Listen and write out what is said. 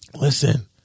Listen